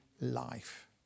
life